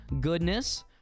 goodness